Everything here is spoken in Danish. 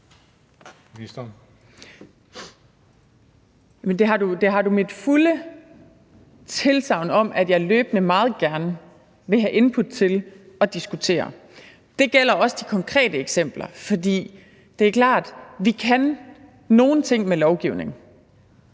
Det har du mit fulde tilsagn om at jeg løbende meget gerne vil have input til og diskutere. Det gælder også de konkrete eksempler. For det er klart, at vi kan nogle ting med lovgivningen,